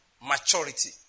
maturity